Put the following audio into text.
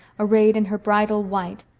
arrayed in her bridal white,